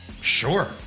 sure